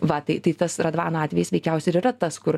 va tai tai tas radvano atvejis veikiausiai ir yra tas kur